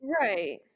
Right